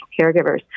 caregivers